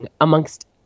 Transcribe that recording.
amongst